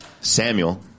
Samuel